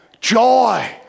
joy